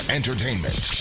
Entertainment